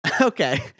Okay